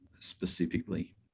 specifically